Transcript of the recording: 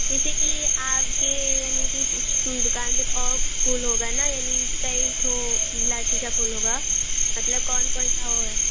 जैसे कि आपके यानी कि उसे दुकान में और फूल होगा ना यानी कि कई ठो वैलायटी के फूल होंगे मतलब कौन कौन से वह हैं